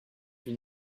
huit